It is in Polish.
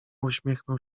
uśmiechnął